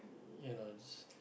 you knows